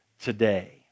today